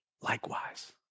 likewise